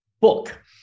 book